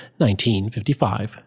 1955